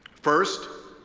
first,